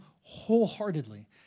wholeheartedly